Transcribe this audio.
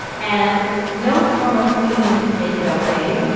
and no form of cleaning could make it ok.